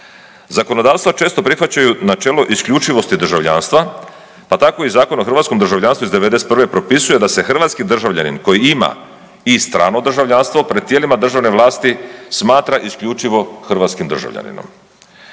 Zakonodavstva česta prihvaćaju načelo isključivosti državljanstva, pa tako i Zakon o hrvatskom državljanstvu iz '91. propisuje da se hrvatski državljanin koji ima i strano državljanstvo pred tijelima državne vlasti smatra isključivo hrvatskih državljaninom.